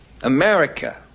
America